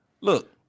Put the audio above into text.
Look